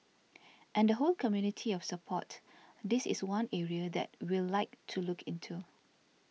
and the whole community of support this is one area that we'll like to look into